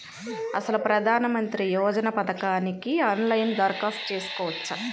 అసలు ప్రధాన మంత్రి యోజన పథకానికి ఆన్లైన్లో దరఖాస్తు చేసుకోవచ్చా?